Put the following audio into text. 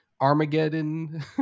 Armageddon